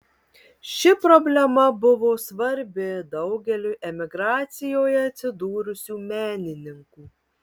ši problema buvo svarbi daugeliui emigracijoje atsidūrusių menininkų